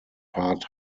part